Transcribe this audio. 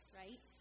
right